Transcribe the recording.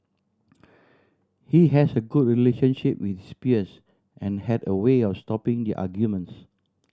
he has a good relationship with his peers and had a way of stopping their arguments